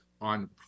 on